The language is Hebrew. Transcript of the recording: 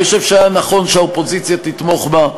אני חושב שהיה נכון שהאופוזיציה תתמוך בה.